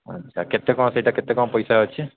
ଆଚ୍ଛା କେତେ କ'ଣ ସେଇଟା କେତେ କ'ଣ ପଇସା ଅଛି